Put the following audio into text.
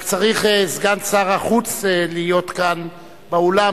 רק צריך סגן שר החוץ להיות כאן באולם.